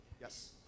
Yes